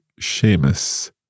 Seamus